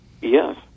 Yes